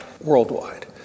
Worldwide